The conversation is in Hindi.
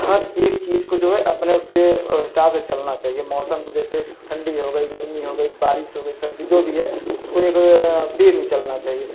हर एक चीज़ को जो है अपने उसके हिसाब से चलना चाहिए मौसम को जैसे ठंडी हो गई गर्मी हो गई बारिश हो गई सर्दी जो भी है उसको एक बे में चलना चाहिए